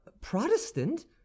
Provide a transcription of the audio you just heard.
Protestant